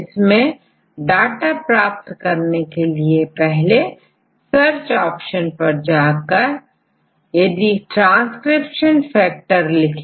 इससे डाटा प्राप्त करने के लिए पहले सर्च ऑप्शन पर जाकर यदि ट्रांसक्रिप्शन फैक्टर लिखें